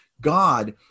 God